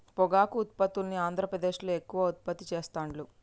పొగాకు ఉత్పత్తుల్ని ఆంద్రప్రదేశ్లో ఎక్కువ ఉత్పత్తి చెస్తాండ్లు